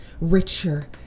richer